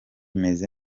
meze